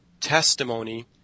testimony